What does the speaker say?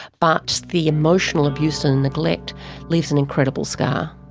but the emotional abuse and neglect leaves an incredible scar.